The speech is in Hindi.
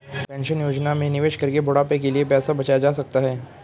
पेंशन योजना में निवेश करके बुढ़ापे के लिए पैसा बचाया जा सकता है